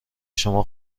شما